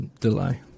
delay